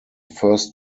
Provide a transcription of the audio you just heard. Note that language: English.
first